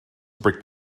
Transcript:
brick